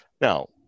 Now